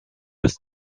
bis